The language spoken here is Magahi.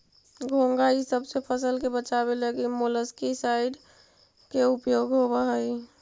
घोंघा इसब से फसल के बचावे लगी मोलस्कीसाइड के उपयोग होवऽ हई